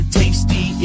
tasty